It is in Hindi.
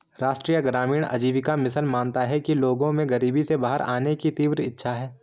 राष्ट्रीय ग्रामीण आजीविका मिशन मानता है कि लोगों में गरीबी से बाहर आने की तीव्र इच्छा है